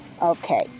Okay